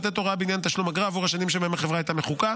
לתת הוראה בעניין תשלום אגרה עבור השנים שבהן החברה הייתה מחוקה,